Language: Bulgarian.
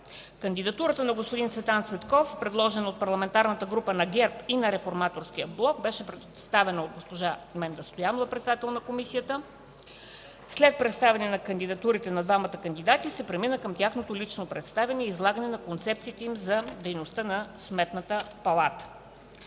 Кандидатурата на господин Цветан Цветков, предложена от Парламентарната група на ГЕРБ и на Реформаторския блок, беше представена от госпожа Менда Стоянова – председател на Комисията. След представянето на кандидатурите на двамата кандидати се премина към тяхното лично представяне и излагане на концепциите им за дейността на Сметната палата.